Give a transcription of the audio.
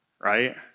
right